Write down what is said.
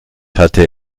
hatte